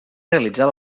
realitzar